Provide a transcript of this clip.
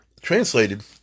translated